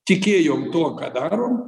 tikėjom tuo ką darom